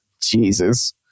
Jesus